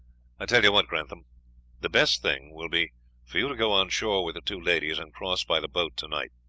i tell you what, grantham the best thing will be for you to go on shore with the two ladies, and cross by the boat tonight.